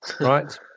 right